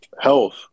health